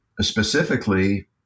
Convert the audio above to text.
specifically